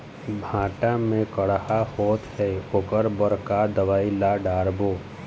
भांटा मे कड़हा होअत हे ओकर बर का दवई ला डालबो?